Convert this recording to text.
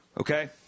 Okay